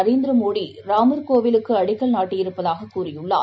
நரேந்திரமோடிராமர் கோவிலுக்கு அடிக்கல் நாட்டியிருப்பதாககூறியுள்ளார்